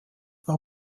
war